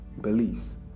beliefs